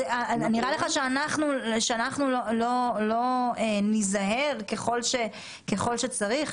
נראה לך שאנחנו לא ניזהר ככל שצריך?